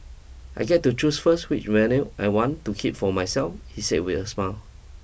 I get to choose first which vinyls I want to keep for myself he says with a smile